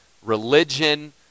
religion